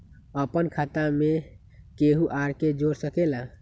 अपन खाता मे केहु आर के जोड़ सके ला?